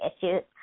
issues